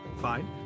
fine